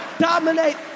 dominate